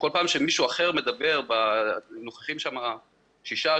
נוכחים שם שישה,